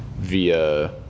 via